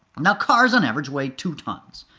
now, cars on average weigh two tons.